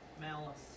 Malice